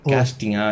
Casting